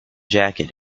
jacket